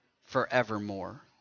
forevermore